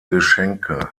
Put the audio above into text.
geschenke